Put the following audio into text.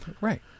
right